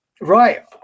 Right